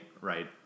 right